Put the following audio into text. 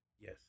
Yes